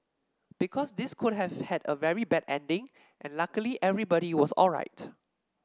because this could have had a very bad ending and luckily everybody was alright